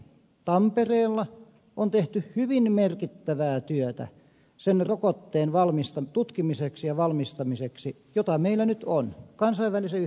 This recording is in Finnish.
tampereella on tehty hyvin merkittävää työtä sen rokotteen tutkimiseksi ja valmistamiseksi jota meillä nyt on kansainvälisen yhtiön kautta